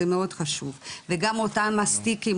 זה מאוד חשוב וגם אותם מסטיקים,